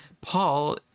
paul